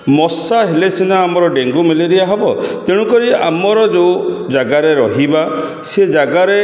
ମଶା ହେଲେ ସିନା ଆମର ଡେଙ୍ଗୁ ମ୍ୟାଲେରିଆ ହେବ ତେଣୁକରି ଆମର ଯେଉଁ ଜାଗାରେ ରହିବା ସେ ଜାଗାରେ